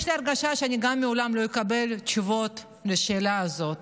יש לי הרגשה שאני גם לעולם לא אקבל תשובות על השאלה הזאת.